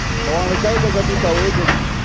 ꯑꯋꯥꯡ ꯂꯩꯀꯥꯏꯗꯒꯗꯤ ꯇꯧꯋꯤ ꯑꯗꯨꯝ